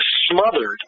smothered